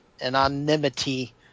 anonymity